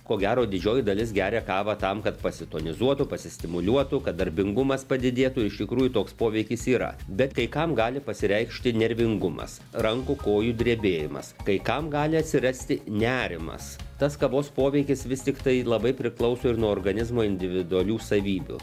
ko gero didžioji dalis geria kavą tam kad pasitonizuotų pasistimuliuotų kad darbingumas padidėtų iš tikrųjų toks poveikis yra bet kai kam gali pasireikšti nervingumas rankų kojų drebėjimas kai kam gali atsirasti nerimas tas kavos poveikis vis tiktai labai priklauso ir nuo organizmo individualių savybių